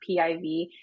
PIV